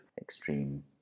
extreme